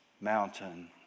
mountain